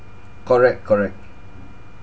correct correct